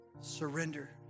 surrender